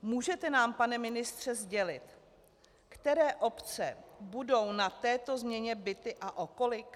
Můžete nám, pane ministře, sdělit, které obce budou na této změně bity a o kolik?